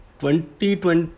2020